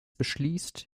beschließt